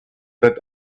that